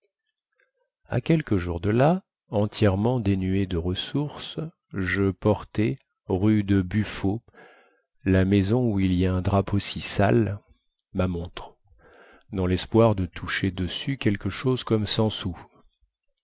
à quelques jours de là entièrement dénué de ressources je portai rue de buffault la maison où il y a un drapeau si sale ma montre dans lespoir de toucher dessus quelque chose comme cent sous